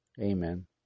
Amen